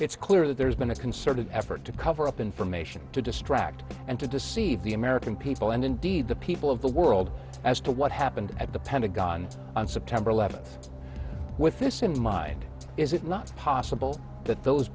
it's clear that there's been a concerted effort to cover up information to distract and to deceive the american people and indeed the people of the world as to what happened at the pentagon on september eleventh with this in mind is it not possible that those